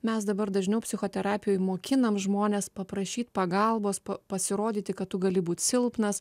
mes dabar dažniau psichoterapijoje mokiname žmones paprašyt pagalbos pasirodyti kad tu gali būti silpnas